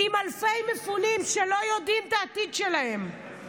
עם אלפי מפונים שלא יודעים את העתיד שלהם,